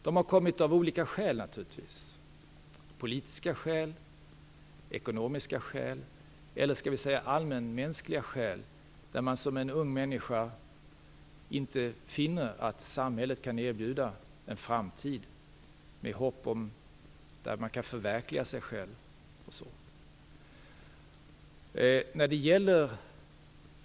De har naturligtvis kommit av olika skäl - politiska skäl, ekonomiska skäl, eller skall vi säga allmänmänskliga skäl: unga människor som inte finner att samhället kan erbjuda en framtid med hopp om att kunna förverkliga sig själv.